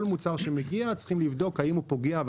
כל מוצר שמגיע צריך לבדוק האם הוא פוגע.